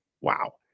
wow